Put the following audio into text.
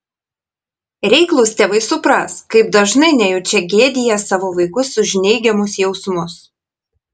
reiklūs tėvai supras kaip dažnai nejučia gėdija savo vaikus už neigiamus jausmus